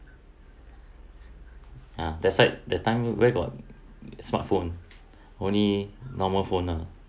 ah that's why that time where got smart phone only normal phone lah